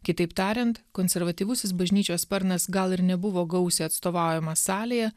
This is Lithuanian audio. kitaip tariant konservatyvusis bažnyčios sparnas gal ir nebuvo gausiai atstovaujamas salėje